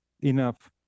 enough